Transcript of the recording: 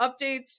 updates